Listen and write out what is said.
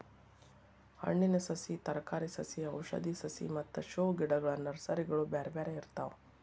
ಹಣ್ಣಿನ ಸಸಿ, ತರಕಾರಿ ಸಸಿ ಔಷಧಿ ಸಸಿ ಮತ್ತ ಶೋ ಗಿಡಗಳ ನರ್ಸರಿಗಳು ಬ್ಯಾರ್ಬ್ಯಾರೇ ಇರ್ತಾವ